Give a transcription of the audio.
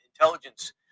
intelligence